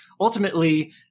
ultimately